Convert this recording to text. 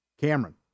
Cameron